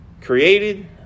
created